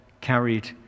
carried